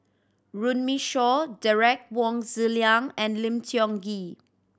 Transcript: Runme Shaw Derek Wong Zi Liang and Lim Tiong Ghee